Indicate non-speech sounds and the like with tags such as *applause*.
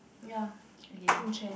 ya *noise* think chair